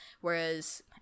whereas